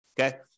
okay